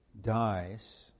dies